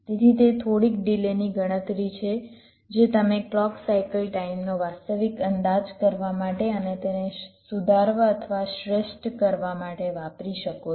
તેથી તે થોડીક ડિલેની ગણતરી છે જે તમે ક્લૉક સાઇકલ ટાઇમનો વાસ્તવિક અંદાજ કરવા માટે અને તેને સુધારવા અથવા શ્રેષ્ઠ કરવા માટે વાપરી શકો છો